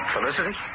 Felicity